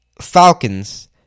Falcons